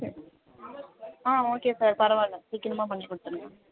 சரி ஆ okay sir பரவாயில்லை சீக்கிரமா பண்ணி கொடுத்துடுங்க